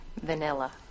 Vanilla